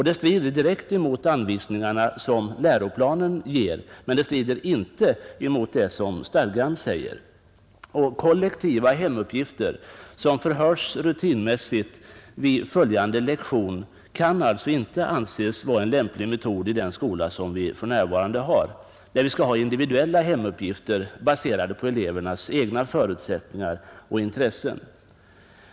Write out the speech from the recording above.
Det strider direkt mot de anvisningar läroplanen ger. Men det strider inte mot vad stadgan säger. Kollektiva hemuppgifter som förhörs rutinmässigt vid följande lektion kan alltså inte vara en lämplig metod i den skola som vi för närvarande har, där vi skall ha individuella hemuppgifter baserade på elevernas egna förutsättningar och intressen.